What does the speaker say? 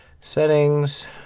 settings